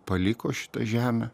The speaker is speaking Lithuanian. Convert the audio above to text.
paliko šitą žemę